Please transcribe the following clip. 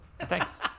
Thanks